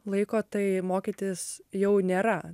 laiko tai mokytis jau nėra